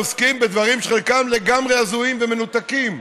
אלא עוסקת בדברים שחלקם לגמרי הזויים ומנותקים.